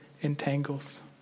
entangles